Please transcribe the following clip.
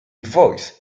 voice